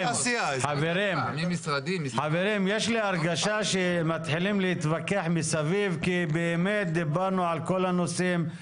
יש לי הרגשה שמתחילים להתווכח מסביב כי באמת דיברנו על כל הנושאים.